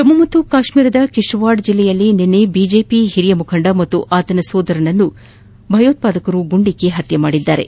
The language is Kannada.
ಜಮ್ಮು ಮತ್ತು ಕಾಶ್ಮೀರದ ಕಿಶ್ತ್ವಾರ್ ಜಿಲ್ತೆಯಲ್ಲಿ ನಿನ್ನೆ ಬಿಜೆಪಿ ಹಿರಿಯ ಮುಖಂಡ ಮತ್ತು ಅತನ ಸಹೋದರನನ್ನು ಭಯೋತ್ಪಾದಕರು ಗುಂಡಿಕ್ಕಿ ಹತ್ಯೆ ಮಾಡಿದ್ದಾರೆ